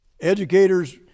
Educators